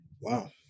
Wow